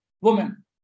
woman